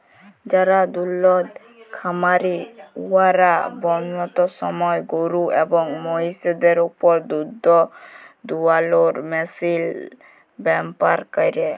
যারা দুহুদ খামারি উয়ারা বহুত সময় গরু এবং মহিষদের উপর দুহুদ দুয়ালোর মেশিল ব্যাভার ক্যরে